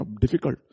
difficult